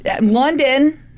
London